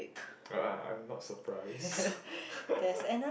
uh I'm not surprised